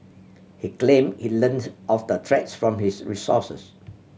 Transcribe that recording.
he claimed he learnt of the threats from his resources